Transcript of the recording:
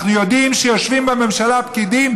אנחנו יודעים שיושבים בממשלה פקידים